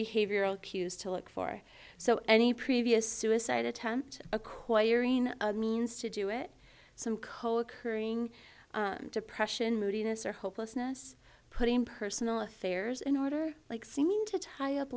behavioral cues to look for so any previous suicide attempt acquiring the means to do it some co occurring depression moodiness or hopelessness putting personal affairs in order like seeming to tie up